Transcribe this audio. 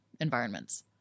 environments